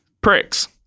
Pricks